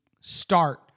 start